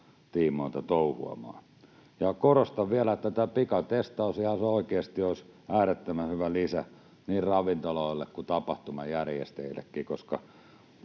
tiimoilta touhuamaan. Korostan vielä, että tämä pikatestaus olisi ihan oikeasti äärettömän hyvä lisä niin ravintoloille kuin tapahtumajärjestäjillekin, koska